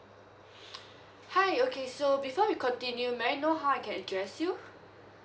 hi okay so before we continue may I know how I can address you